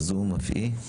אף היא בזום.